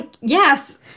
Yes